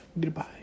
Goodbye